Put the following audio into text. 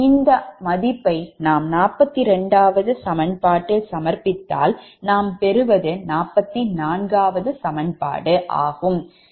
இந்த மதிப்பை நாம் 42 ஆவது சமன்பாட்டில் சமர்ப்பித்தால் நாம் பெறுவது 44 ஆவது சமன்பாடு ஆகும்